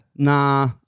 Nah